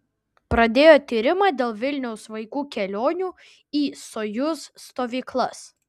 pradėjo tyrimą dėl vilniaus vaikų kelionių į sojuz stovyklas